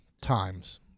times